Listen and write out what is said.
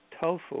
tofu